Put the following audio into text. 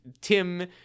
Tim